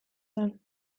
zen